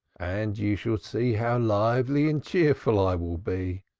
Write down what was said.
and you shall see how lively and cheerful i will be.